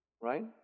right